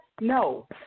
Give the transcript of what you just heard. No